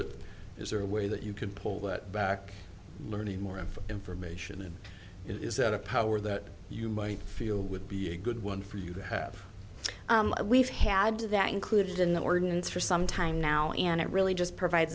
it is there a way that you could pull that back learning more information than it is that a power that you might feel would be a good one for you to have we've had that included in the ordinance for some time now and it really just provide